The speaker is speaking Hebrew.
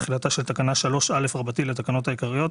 תחילה של תקנה 3א לתקנות העיקריות,